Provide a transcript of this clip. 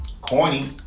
corny